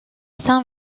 saint